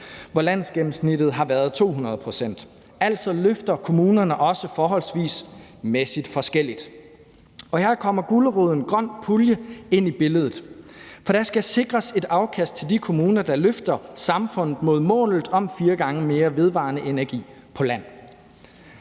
hvor landsgennemsnittet har været 200 pct. Altså løfter kommunerne også forholdsmæssigt forskelligt. Her kommer guleroden grøn pulje ind i billedet. For der skal sikres et afkast til de kommuner, der løfter samfundet mod målet om fire gange mere vedvarende energi på land.